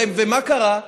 ומה קרה?